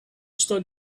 stood